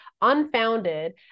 unfounded